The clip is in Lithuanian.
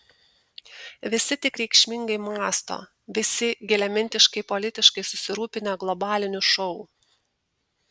visi tik reikšmingai mąsto visi giliamintiškai politiškai susirūpinę globaliniu šou